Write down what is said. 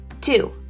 Two